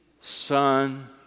son